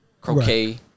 croquet